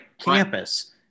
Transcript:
campus